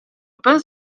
open